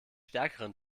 stärkeren